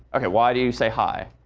ok, why do you say hi?